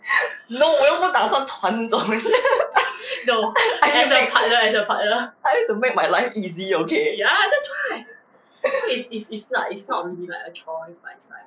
no 我又不算传宗 接 代 I need to I need to make my life easy okay